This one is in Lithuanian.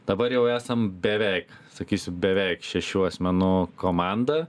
dabar jau esam beveik sakysiu beveik šešių asmenų komanda